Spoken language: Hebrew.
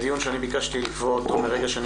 דיון שאני ביקשתי לקבוע אותו מהרגע שאני